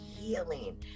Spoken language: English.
healing